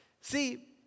See